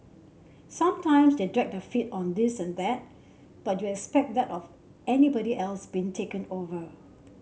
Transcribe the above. sometimes they dragged their feet on this and that but you expect that of anybody else being taken over